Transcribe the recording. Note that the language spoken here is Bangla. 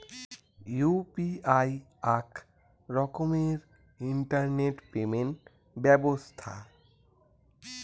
ইউ.পি.আই আক রকমের ইন্টারনেট পেমেন্ট ব্যবছথা